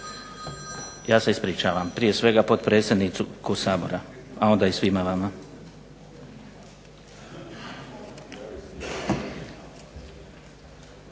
Ja se ispričavam prije svega potpredsjedniku Sabora, a onda i svima vama.